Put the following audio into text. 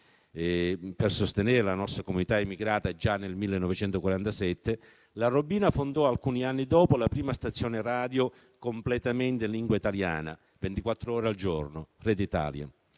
per sostenere la nostra comunità immigrata già nel 1947, Larobina fondò alcuni anni dopo la prima stazione radio completamente in lingua italiana, ventiquattro ore al giorno, «Radio Italia».